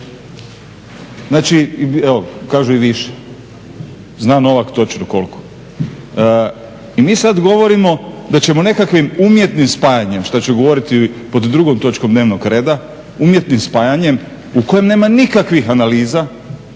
Znači, evo kažu i više. Zna Novak točno koliko. I mi sad govorimo da ćemo nekakvim umjetnim spajanjem, što ću govoriti pod drugom točkom dnevnog reda, umjetnim spajanjem u kojem nema nikakvih analiza,